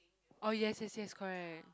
oh yes yes yes correct